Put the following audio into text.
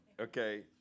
okay